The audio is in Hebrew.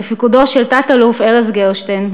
בפיקודו של תת-אלוף ארז גרשטיין,